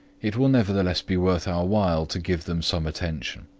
it will nevertheless be worth our while to give them some attention.